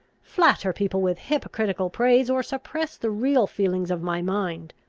flatter people with hypocritical praise, or suppress the real feelings of my mind.